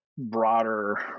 broader